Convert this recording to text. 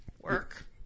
Work